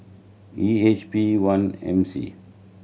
E H P one M C